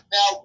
Now